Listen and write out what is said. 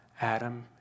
Adam